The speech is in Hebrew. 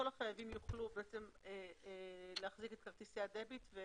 כל החייבים יוכלו להחזיק את כרטיסי הדביט.